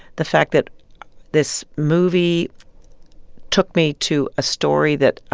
the fact that this movie took me to a story that